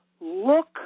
look